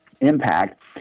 impact